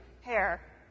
hair